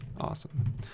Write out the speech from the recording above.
Awesome